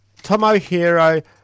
Tomohiro